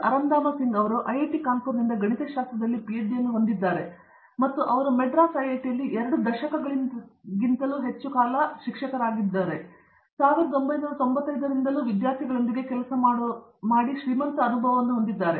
ಅರಂದಾಮ Singh IIT ಕಾನ್ಪುರ್ನಿಂದ ಗಣಿತಶಾಸ್ತ್ರದಲ್ಲಿ ಪಿಹೆಚ್ಡಿಯನ್ನು ಹೊಂದಿದ್ದಾನರೆ ಮತ್ತು ಅವರು ಮದ್ರಾಸ್ ಐಐಟಿಯಲ್ಲಿ ಎರಡು ದಶಕಗಳಿಗೂ ಹೆಚ್ಚಿನ ಕಾಲ ಶಿಕ್ಷಕರಾಗಿ ಇದ್ದಾರೆ 1995 ರಿಂದಲೂ ವಿದ್ಯಾರ್ಥಿಗಳೊಂದಿಗೆ ಕೆಲಸ ಮಾಡುವಲ್ಲಿ ಶ್ರೀಮಂತ ಅನುಭವವನ್ನು ಹೊಂದಿದ್ದಾರೆ